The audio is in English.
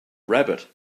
rabbit